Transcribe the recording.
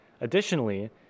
Additionally